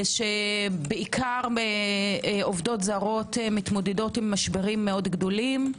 שבעיקר עובדות זרות מתמודדות עם משברים מאוד גדולים.